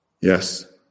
Yes